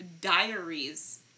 diaries